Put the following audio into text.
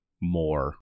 more